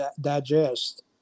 digest